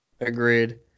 Agreed